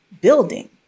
building